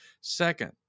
Second